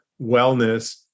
wellness